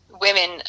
women